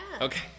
okay